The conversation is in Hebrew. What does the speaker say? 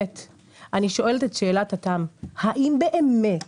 אני שואלת את שאלת התם, האם באמת